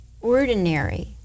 ordinary